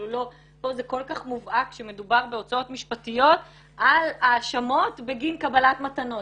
פה זה כל כך מובהק שמדובר בהוצאות משפטיות על האשמות בגין קבלת מתנות,